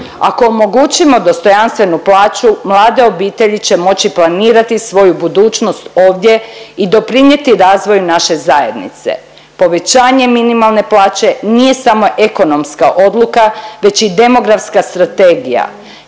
Ako omogućimo dostojanstvenu plaću mlade obitelji će moći planirati svoju budućnost ovdje i doprinijeti razvoju naše zajednice. Povećanje minimalne plaće nije samo ekonomska odluka već i demografska strategija.